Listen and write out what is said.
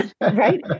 right